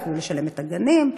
יוכלו לשלם את הגנים,